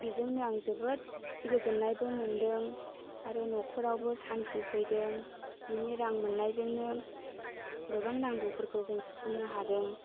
बिजोंनो आं जोबोद गोजोननायबो मोनदों आरो नख'रावबो सानथि फैदों बिनि रां मोन्नायजोंनो गोबां नांगौफोरखौ जों सुफुंनो हादों